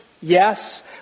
Yes